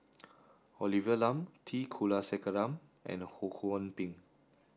Olivia Lum T Kulasekaram and Ho Kwon Ping